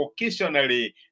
occasionally